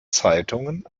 zeitungen